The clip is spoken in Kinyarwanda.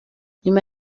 nyuma